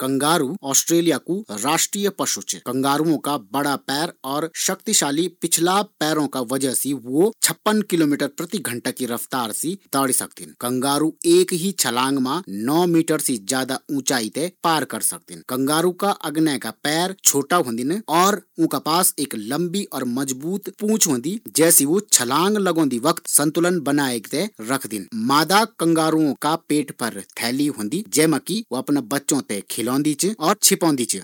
Kangaroo Australia कु राष्ट्रीय पशु च, कंगारुओ का बड़ा पैर और शक्तिशाली पिछला पैरो का वजह सी छप्पन किलोमीटर प्रति घंटा की रफ्तार सी दौड़ी सकदिन, कंगारु एक ही बार मा नौ मीटर सी ऊँची छलांग लगे सकदिन। कंगारू का अगने का पैर छोटा होदिन और उंका पेट एक थैली होंदी जे पर उ अपना बच्चा ते रखदिन।